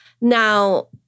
Now